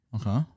Okay